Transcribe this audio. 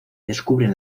descubren